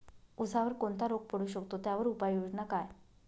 ऊसावर कोणता रोग पडू शकतो, त्यावर उपाययोजना काय?